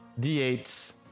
D8